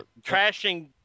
trashing